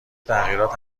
تغییرات